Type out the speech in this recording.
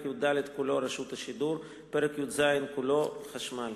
י"ד כולו (רשות השידור); פרק י"ז כולו (חשמל).